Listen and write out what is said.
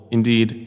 Indeed